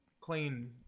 clean